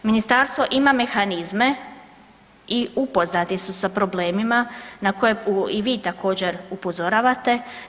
Ministarstvo ima mehanizme i upoznati su sa problemima na koje i vi također upozoravate.